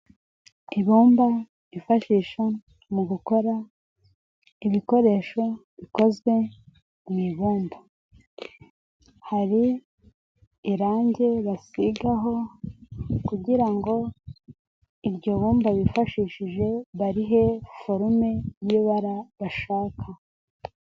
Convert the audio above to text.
Ibumba ryifashisha mu gukora ibikoresho bikozwe mu ibumba, hari irangi basigaho kugira ngo iryo bumba bifashishije barihe forume y'ibara bashaka.